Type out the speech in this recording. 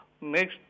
next